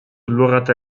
اللغة